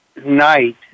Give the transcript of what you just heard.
night